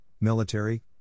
Military